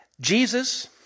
Jesus